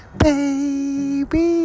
baby